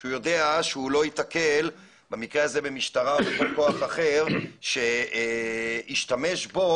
הוא יודע שהוא לא ייתקל במקרה הזה במשטרה או בכוח אחר שישתמש בו,